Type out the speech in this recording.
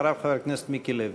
אחריו, חבר הכנסת מיקי לוי.